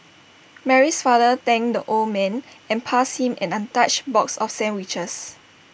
Mary's father thanked the old man and passed him an untouched box of sandwiches